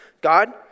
God